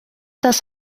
das